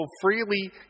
freely